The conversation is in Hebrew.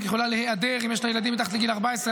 יכולה להיעדר אם יש לה ילדים מתחת לגיל 14,